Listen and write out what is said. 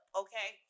okay